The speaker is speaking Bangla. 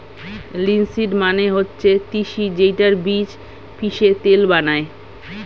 লিনসিড মানে হচ্ছে তিসি যেইটার বীজ পিষে তেল বানায়